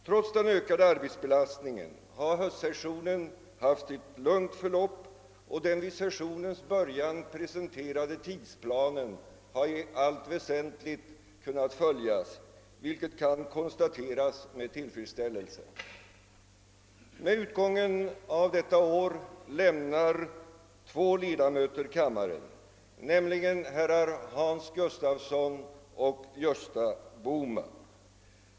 Trots den ökade arbetsbelastningen har höstsessionen haft ett lugnt förlopp och den vid sessionens början presenterade tidsplanen har i allt väsentligt kunnat följas, vilket kan konstateras med tillfredsställelse. Med utgången av detta år lämnar två ledamöter kammaren, nämligen herrar Hans Gustafsson och Gösta Bohman.